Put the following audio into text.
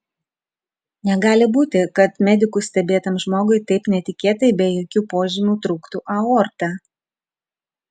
negali būti kad medikų stebėtam žmogui taip netikėtai be jokių požymių trūktų aorta